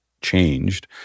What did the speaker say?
changed